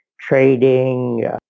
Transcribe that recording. trading